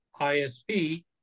ISP